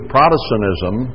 Protestantism